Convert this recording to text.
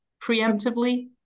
preemptively